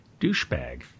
douchebag